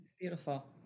beautiful